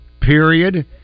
period